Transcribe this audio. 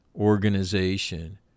organization